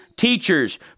Teachers